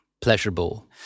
pleasurable